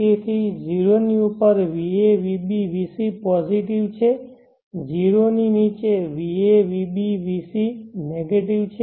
તેથી 0 ની ઉપર va vb vc પોઝિટિવ છે 0 ની નીચે vva vb vc નેગેટિવ છે